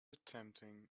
attempting